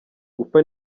gupfa